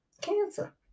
cancer